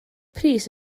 pris